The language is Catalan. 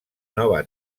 nova